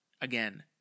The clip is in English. again